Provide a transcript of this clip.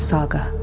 Saga